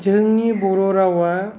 जोंनि बर' रावा